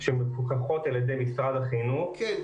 שמפוקחות על ידי משרד החינוך --- כן,